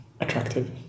attractive